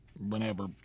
whenever